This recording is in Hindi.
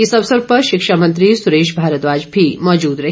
इस अवसर पर शिक्षामंत्री सुरेश भारद्वाज भी मौजूद रहे